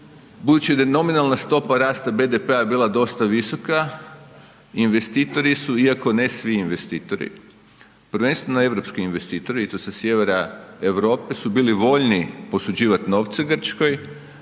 budući da je nominalna stopa rasta BDP-a je bila dosta visoka, investitori su iako ne svi investitori, prvenstveno europski investitori i to sa sjevera Europe su bili voljni posuđivati novce Grčkoj